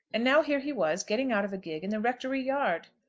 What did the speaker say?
and now here he was getting out of a gig in the rectory yard!